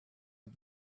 did